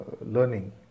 learning